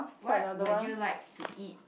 what would you like to eat